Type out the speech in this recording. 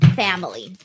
family